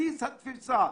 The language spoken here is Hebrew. בבסיס התפיסה.